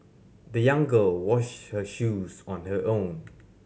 the young girl washed her shoes on her own